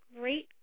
great